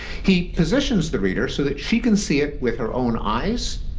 he positions the reader so that she can see it with her own eyes.